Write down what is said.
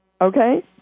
Okay